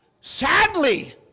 Sadly